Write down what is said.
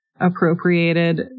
appropriated